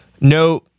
no